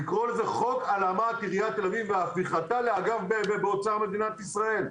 לקרוא לזה חוק הלאמת מדינת תל אביב והפיכתה לאגף של אוצר מדינת ישראל.